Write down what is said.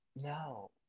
no